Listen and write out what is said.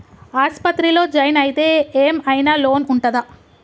ఆస్పత్రి లో జాయిన్ అయితే ఏం ఐనా లోన్ ఉంటదా?